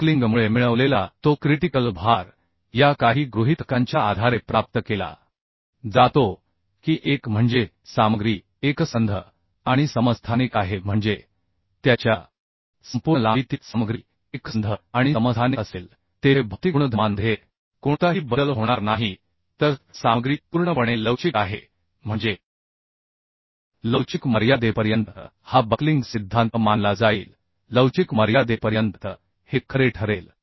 बक्लिंगमुळे मिळवलेला तो क्रीटिकल भार या काही गृहितकांच्या आधारे प्राप्त केला जातो की एक म्हणजे सामग्री एकसंध आणि समस्थानिक आहे म्हणजे त्याच्या संपूर्ण लांबीतील सामग्री एकसंध आणि समस्थानिक असेल तेथे भौतिक गुणधर्मांमध्येकोणताही बदल होणार नाही तर सामग्री पूर्णपणे लवचिक आहे म्हणजे लवचिक मर्यादेपर्यंत हा बक्लिंग सिद्धांत मानला जाईल लवचिक मर्यादेपर्यंत हे खरे ठरेल